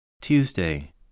Tuesday